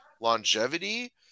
longevity